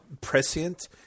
prescient